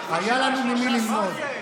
שרת ההסברה.